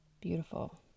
beautiful